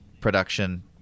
production